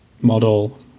model